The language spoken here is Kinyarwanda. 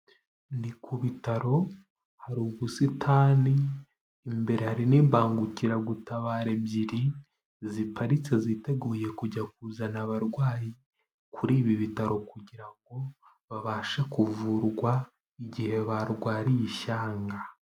Ni ku bitaro hari ubusitani, imbere hari n'imbangukiragutabara ebyiri, ziparitse ziteguye kujya kuzana abarwayi kuri ibi bitaro kugira ngo babashe kuvurwa igihe barwariye ishyanga.